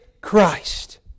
Christ